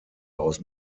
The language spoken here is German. aus